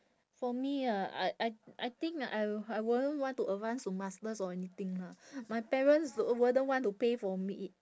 for me ah I I I think I uh I won't want to advance to master's or anything lah my parents wouldn't want to pay for me